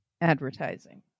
advertising